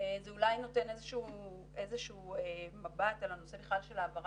זה אולי נותן איזה שהוא מבט על נושא של העברת